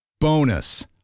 Bonus